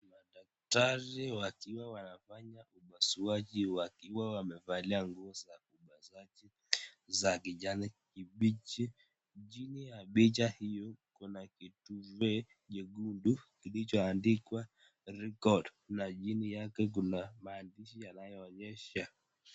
Daktari wakiwa wanafanya upasuaji wakiwa wamevalia nguo za upasuaji za kijani kibichi. Chini ya picha hiyo kuna kitufe nyekundu kilichoandikwa record na chini yake kuna maandishi yanayoonyesha.